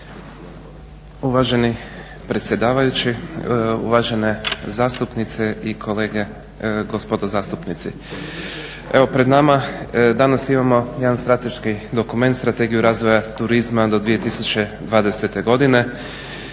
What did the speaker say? Uvaženi predsjedavajući, uvažene zastupnice i kolege gospodo zastupnici. Evo pred nama danas imamo jedan strateški dokument, Strategiju razvoja turizma do 2020. godine